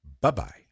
bye-bye